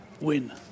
win